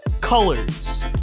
colors